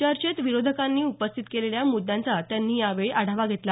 चर्चेत विरोधकांनी उपस्थित केलेल्या मुद्यांचा त्यांनी यावेळी आढावा घेतला